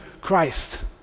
Christ